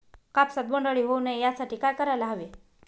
कापसात बोंडअळी होऊ नये यासाठी काय करायला हवे?